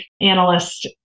analyst